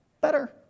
Better